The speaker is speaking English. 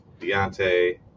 Deontay